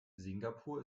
singapur